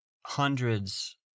hundreds